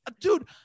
Dude